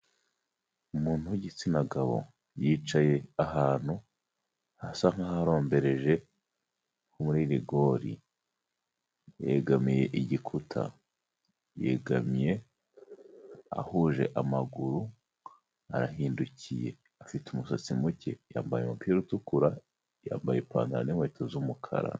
Umuntu w'igitsina gabo, yicaye ahantu hasa nkahorombereje muri rigori, yegamiye igikuta, yegamye ahuje amaguru, arahindukiye, afite umusatsi muke, yambaye umupira utukura, yambaye ipantaro n'inkweto z'umukara.